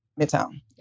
midtown